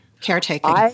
Caretaking